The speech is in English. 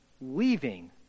leaving